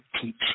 Teach